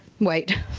Wait